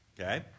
Okay